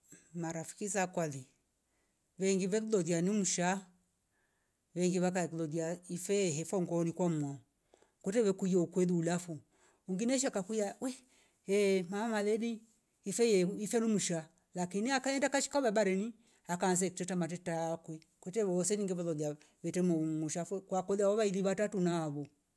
Marafiki za kwali vengi vebdolia nimusha yengi vaka kulolia ife hefo ngoni kwa mo, kute vekuye ukweli ulafo unginsha kakuya wee he mama lebi ifeye iferumusha lakini akaenda akashika babareni akanze chocha amritakwe kucho vowoseni ngivi loliavo yete muumu shafo kwa kolia ugailiva tatu navo